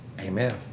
amen